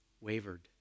wavered